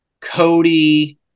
Cody